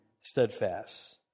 steadfast